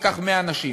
תיקח 100 אנשים,